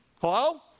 Hello